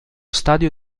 stadio